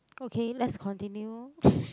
okay let's continue